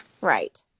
Right